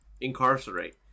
incarcerate